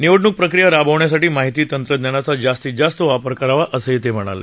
निवडणूक प्रक्रिया राबवण्यासाठी माहिती तंत्रज्ञानाचा जास्त वापर करावा असंही ते म्हणाले